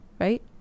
Right